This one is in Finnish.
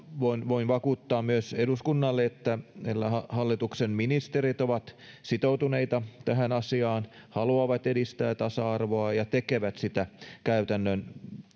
voin voin vakuuttaa myös eduskunnalle että meillä hallituksen ministerit ovat sitoutuneita tähän asiaan haluavat edistää tasa arvoa ja tekevät sitä käytännön